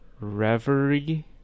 Reverie